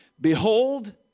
Behold